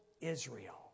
Israel